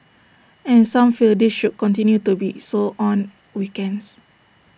and some feel this should continue to be so on weekends